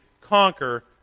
conquer